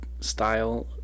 style